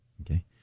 Okay